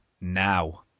now